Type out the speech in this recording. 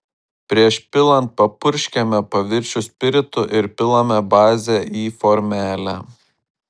prieš pilant papurškiame paviršių spiritu ir pilame bazę į formelę